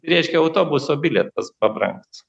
reiškia autobuso bilietas pabrangs